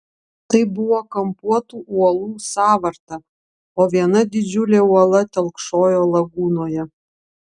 tai buvo kampuotų uolų sąvarta o viena didžiulė uola telkšojo lagūnoje